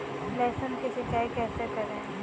लहसुन की सिंचाई कैसे करें?